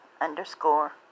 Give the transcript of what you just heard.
underscore